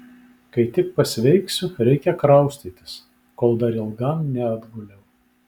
kai tik pasveiksiu reikia kraustytis kol dar ilgam neatguliau